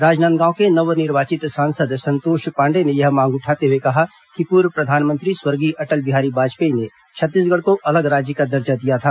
राजनांदगांव के नव निर्वाचित सांसद संतोष पांडेय ने यह मांग उठाते हुए कहा कि पूर्व प्रधानमंत्री स्वर्गीय अटल बिहारी वाजपेयी ने छत्तीसगढ़ को अलग राज्य का दर्जा दिया था